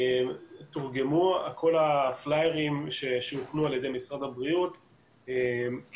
תורגמו כל הפליירים שהוכנו על ידי משרד הבריאות כדי